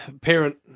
parent